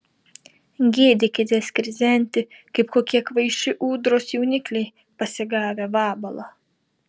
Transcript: gėdykitės krizenti kaip kokie kvaiši ūdros jaunikliai pasigavę vabalą